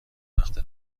وقت